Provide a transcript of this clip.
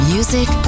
Music